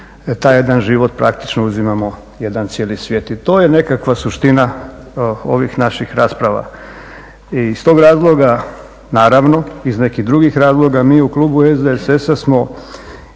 taj jedan život praktično uzimamo jedan cijeli svijet." I to je nekakva suština ovih naših rasprava. I iz tog razloga naravno, iz nekih drugih razloga mi u klubu SDSS-a smo